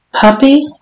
Puppy